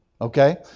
Okay